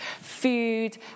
food